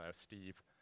Steve